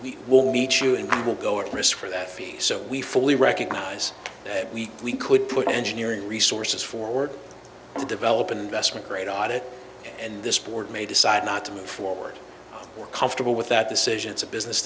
we will meet you and i will go at risk for that fee so we fully recognize it we could put engineering resources forward to develop an investment grade audit and this board may decide not to move forward we're comfortable with that decision it's a business